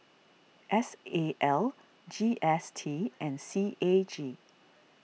S A L G S T and C A G